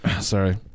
Sorry